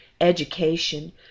education